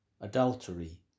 adultery